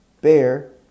bear